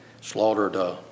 slaughtered